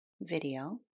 video